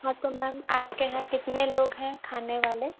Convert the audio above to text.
हाँ तो मैम आपके यहाँ कितने लोग हैं खाने वाले